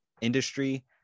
industry